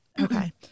Okay